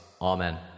Amen